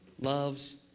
loves